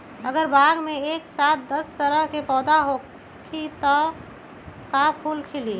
अगर बाग मे एक साथ दस तरह के पौधा होखि त का फुल खिली?